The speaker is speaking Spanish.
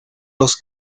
los